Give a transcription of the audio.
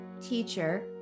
teacher